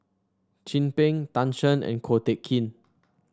Chin Peng Tan Shen and Ko Teck Kin